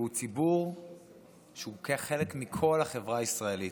והוא ציבור שלוקח חלק מכל החברה הישראלית.